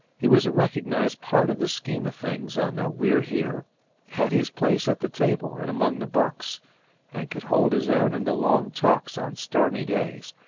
he was a recognized part of the scheme of things on the we're here had his place at the table and among the bunks and could hold his own in the long talks on stormy days,